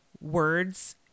words